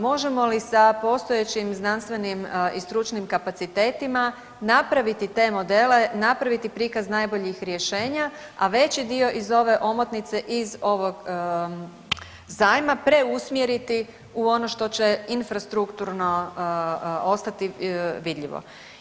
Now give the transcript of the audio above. Možemo li sa postojećim znanstvenim i stručnim kapacitetima napraviti te modele, napraviti prikaz najboljih rješenja, a veći dio iz ove omotnice, iz ovog zajma preusmjeriti u ono što će infrastrukturno ostati vidljivo?